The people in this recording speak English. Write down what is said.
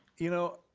you know,